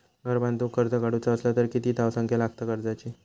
घर बांधूक कर्ज काढूचा असला तर किती धावसंख्या लागता कर्जाची?